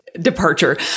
departure